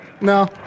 No